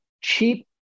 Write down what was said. cheap